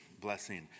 blessing